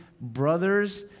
brothers